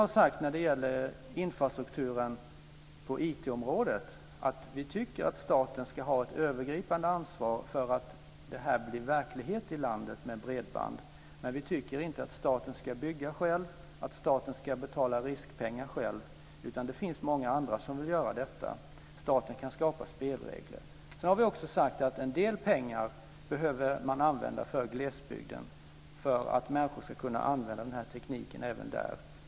Vi har när det gäller infrastrukturen på IT-området sagt att vi tycker att staten ska ha ett övergripande ansvar för att det här med bredband blir verklighet i landet. Men vi tycker inte att staten ska bygga själv och att staten ska betala riskpengar själv, utan det finns många andra som vill göra detta. Staten kan skapa spelregler. Vi har också sagt att en del pengar behöver användas för glesbygden, för att människor ska kunna använda den här tekniken även där.